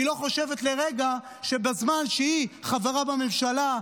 היא לא חושבת לרגע שבזמן שהיא חברה בממשלה,